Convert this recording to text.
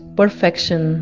perfection